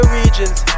regions